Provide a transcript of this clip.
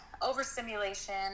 overstimulation